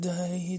Day